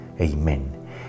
Amen